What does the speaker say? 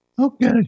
Okay